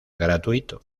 gratuito